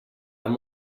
amb